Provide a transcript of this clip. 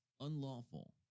unlawful